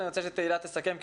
ואני רוצה שתהלה תסכם.